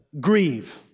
grieve